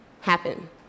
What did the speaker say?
happen